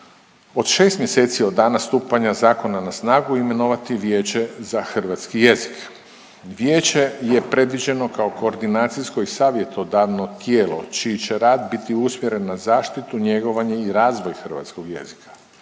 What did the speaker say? od šest mjeseci od dana stupanja zakona na snagu imenovati vijeće za hrvatski jezik. Vijeće je predviđeno kao koordinacijsko i savjetodavno tijelo čiji će rad biti usmjeren na zaštitu, njegovanje i razvoj hrvatskog jezika.